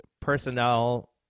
personnel